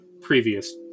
previous